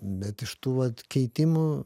bet iš tų vat keitimų